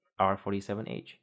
R47H